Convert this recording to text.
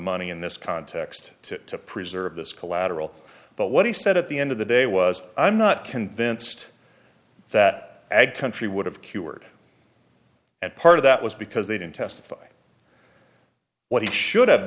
money in this context to preserve this collateral but what he said at the end of the day was i'm not convinced that ad country would have cured and part of that was because they didn't testify what he should have